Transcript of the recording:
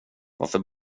varför